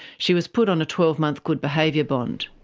she was put on a twelve month good behaviour bond.